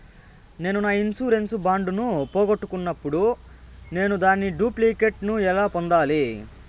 నేను నా insurance bond ను పోగొట్టుకున్నప్పుడు నేను దాని డూప్లికేట్ ను ఎలా పొందాలి?